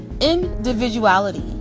individuality